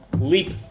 leap